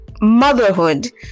motherhood